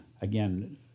again